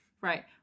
right